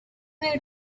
new